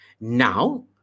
now